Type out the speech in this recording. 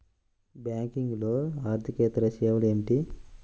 బ్యాంకింగ్లో అర్దికేతర సేవలు ఏమిటీ?